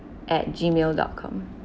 at gmail dot com